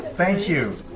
thank you.